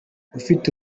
ufite